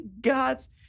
God's